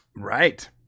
Right